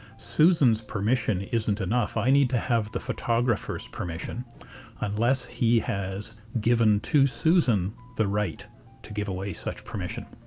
susan's permission isn't enough. i need to have the photographer's permission unless he has given to susan the right to give away such permission.